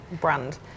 brand